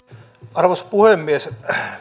arvoisa puhemies